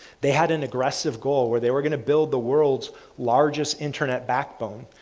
they had an aggressive goal where they were going to build the world's largest internet backbone,